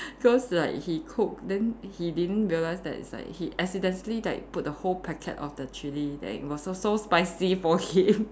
cause like he cook then he didn't realise that it's like he accidentally like put the whole packet of the chili that it was so so spicy for him